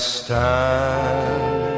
stand